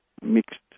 mixed